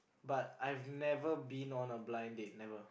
but I've never been on a blind date never